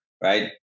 right